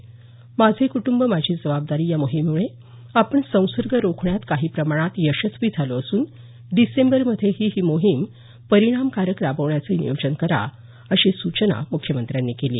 माझे कुटुंब माझी जबाबदारी या मोहिमेमुळे आपण संसर्ग रोखण्यात काही प्रमाणात यशस्वी झालो असून डिसेंबरमध्येही ही मोहीम परिणामकारकपणे राबवण्याचं नियोजन करा अशी सूचना मुख्यमंत्र्यांनी केली